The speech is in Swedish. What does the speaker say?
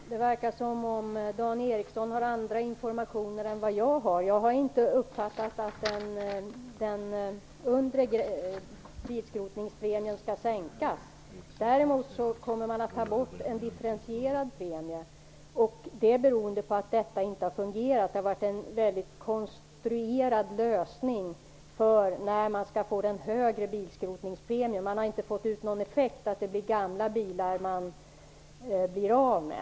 Fru talman! Det verkar som om Dan Ericsson har annan information än vad jag har. Jag har inte uppfattat att den undre bilskrotningspremien skall sänkas. Däremot kommer man att ta bort en differentierad premie, beroende på att det inte har fungerat. Det har varit en väldigt konstruerad lösning på problemet med när man skall få den högre bilskrotningspremien. Man har inte fått ut någon effekt så att det blir de gamla bilarna som man blir av med.